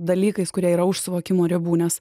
dalykais kurie yra už suvokimo ribų nes